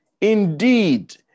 Indeed